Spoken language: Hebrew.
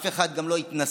ואף אחד גם לא התנסה,